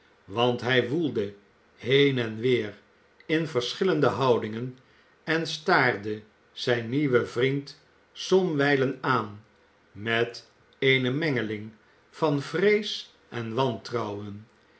want hij woelde heen en weer in verschillende houdingen en staarde zijn nieuwen vriend somwijlen aan met eene mengeling van vrees en wantrouwen